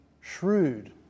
shrewd